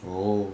oh